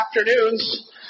afternoons